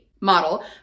model